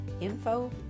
info